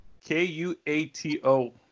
K-U-A-T-O